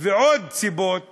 ועוד סיבות